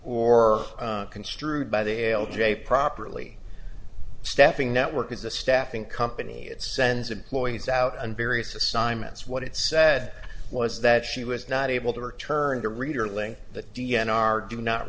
or construed by the l j properly stepping network as the staffing company it sends employees out in various assignments what it said was that she was not able to return to read or link the d n r do not